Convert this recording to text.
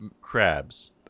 crabs